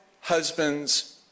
husbands